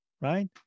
Right